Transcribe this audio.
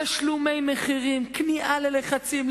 תשלומי מחירים, כניעה ללחצים.